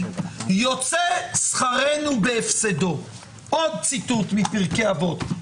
שיוצא שכרנו בהפסדנו (עוד ציטוט מפרקי אבות,